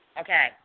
Okay